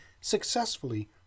Successfully